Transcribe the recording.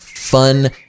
fun